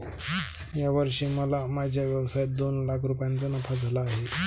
या वर्षी मला माझ्या व्यवसायात दोन लाख रुपयांचा नफा झाला आहे